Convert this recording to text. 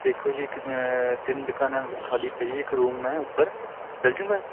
ਦੇਖੋ ਜੀ ਤਿੰਨ ਦੁਕਾਨਾਂ ਖਾਲੀ ਪਈ ਇਕ ਰੂਮ ਹੈ ਉੱਪਰ ਚੱਲ ਜਾਊਗਾ